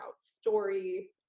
story